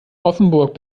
offenburg